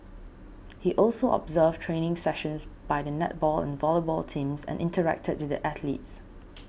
he also observed training sessions by the netball and volleyball teams and interacted with the athletes